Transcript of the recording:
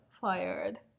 Fired